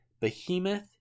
behemoth